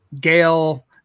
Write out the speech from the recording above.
Gail